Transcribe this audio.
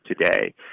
today